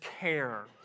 care